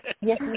yes